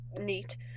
neat